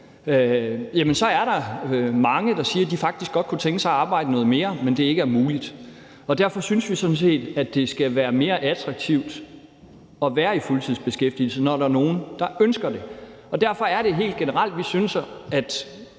er der mange, der siger, at de faktisk godt kunne tænke sig at arbejde noget mere, men at det ikke er muligt. Derfor synes vi sådan set, at det skal være mere attraktivt at være i fuldtidsbeskæftigelse, når der er nogle, der ønsker det. Derfor synes vi helt generelt, at